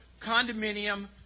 condominium